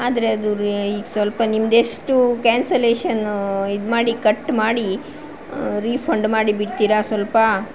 ಆದರೆ ಅದು ಈಗ ಸ್ವಲ್ಪ ನಿಮ್ಮದೆಷ್ಟು ಕ್ಯಾನ್ಸಲೇಶನ್ ಇದು ಮಾಡಿ ಕಟ್ ಮಾಡಿ ರೀಫಂಡ್ ಮಾಡಿ ಬಿಡ್ತೀರಾ ಸ್ವಲ್ಪ